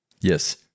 Yes